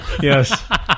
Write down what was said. Yes